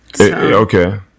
Okay